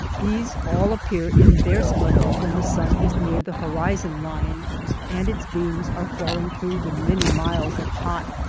these all appear in their splendor when the sun is near the horizon-line and its beams are falling through the many miles of hot,